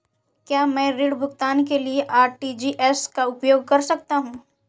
क्या मैं ऋण भुगतान के लिए आर.टी.जी.एस का उपयोग कर सकता हूँ?